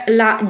la